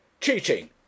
Cheating